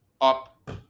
up